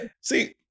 see